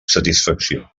satisfacció